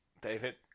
David